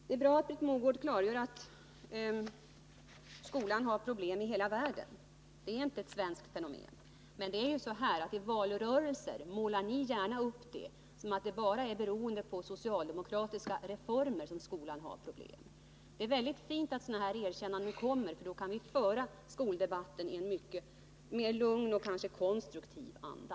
Det är bra att Britt Mogård klargör att skolan har problem i hela världen. Det är inte ett svenskt fenomen. Men i valrörelser målar ni gärna upp det som om det bara är till följd av socialdemokratiska reformer som skolan har problem. Det är glädjande att sådana här erkännanden kommer, för då kan vi föra skoldebatten mycket lugnare och kanske i en konstruktiv anda.